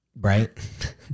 right